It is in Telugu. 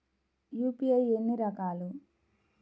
యూ.పీ.ఐ ఎన్ని రకాలు?